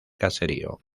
caserío